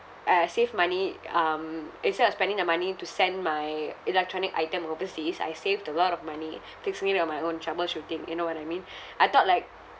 uh save money um instead of spending the money to send my electronic item overseas I saved a lot of money fixing it on my own troubleshooting you know what I mean I thought like